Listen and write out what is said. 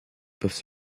peuvent